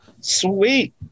Sweet